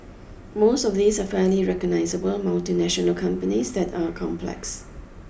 most of these are fairly recognisable multinational companies that are complex